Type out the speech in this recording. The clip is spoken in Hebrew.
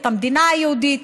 את המדינה היהודית.